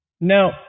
Now